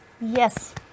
Yes